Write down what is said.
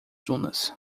dunas